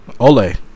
Ole